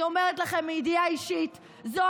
אני אומרת לכם מידיעה אישית, זו